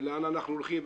ולאן אנחנו הולכים,